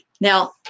Now